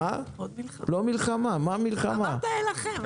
אמרת "אלחם".